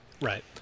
right